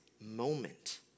moment